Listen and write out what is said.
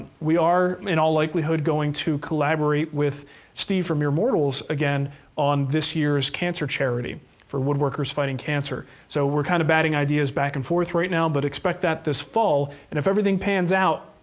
we are, in all likelihood, going to collaborate with steve from mere mortals again on this year's cancer charity for woodworkers fighting cancer. so, we're kind of batting ideas back and forth right now, but expect that this fall, and if everything pans out,